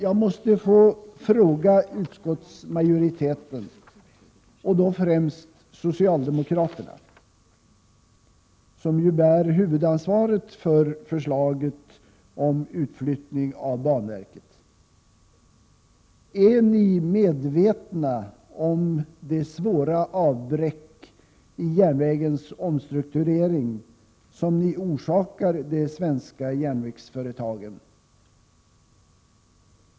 Jag måste få fråga utskottsmajoriteten, och då främst socialdemokraterna som ju bär huvudansvaret för förslaget om utflyttning av banverket: Är ni medvetna om det svåra avbräck i järnvägens omstrukturering som ni orsakar det svenska järnvägsföretaget?